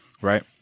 right